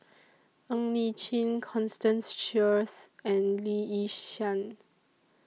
Ng Li Chin Constance Sheares and Lee Yi Shyan